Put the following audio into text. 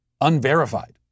unverified